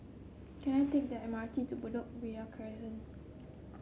can I take the M R T to Bedok Ria Crescent